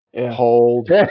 hold